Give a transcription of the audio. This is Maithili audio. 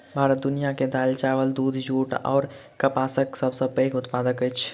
भारत दुनिया मे दालि, चाबल, दूध, जूट अऔर कपासक सबसे पैघ उत्पादक अछि